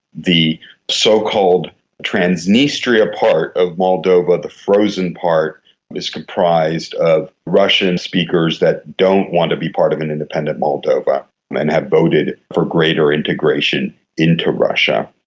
the so-called transnistria part of moldova, the frozen part, is comprised of russian-speakers that don't want to be part of an independent moldova and and have voted for greater integration into russia.